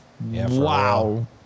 Wow